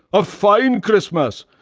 a fine christmas!